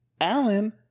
Alan